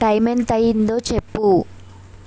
time ఎంత అయ్యిందో చెప్పు